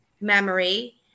memory